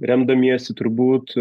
remdamiesi turbūt